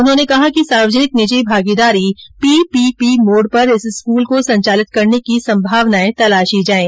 उन्होंने कहा कि सार्वजनिक निजी भागीदारी पीपीपी मोड पर इस स्कूल को संचालित करने की संभावनाएं तलाशी जाएं